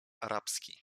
arabski